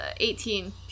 18